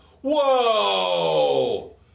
Whoa